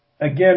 again